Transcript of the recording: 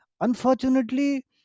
Unfortunately